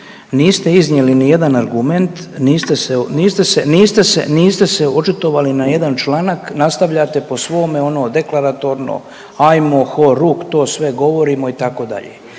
niste se, niste se, niste se očitovali ni na jedan članak nastavljate po svome ono deklaratorno hajmo horuk to sve govorimo itd.